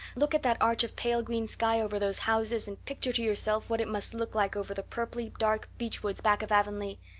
look at that arch of pale green sky over those houses and picture to yourself what it must look like over the purply-dark beech-woods back of avonlea.